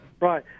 right